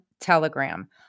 Telegram